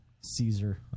Caesar